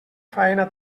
faena